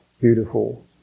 beautiful